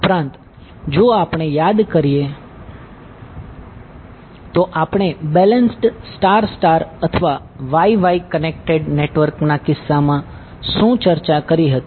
ઉપરાંત જો આપણે યાદ કરીએ તો આપણે બેલેન્સ્ડ સ્ટાર સ્ટાર અથવા Y Y કનેક્ટેડ નેટવર્કના કિસ્સામાં શુ ચર્ચા કરી હતી